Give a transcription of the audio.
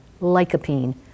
lycopene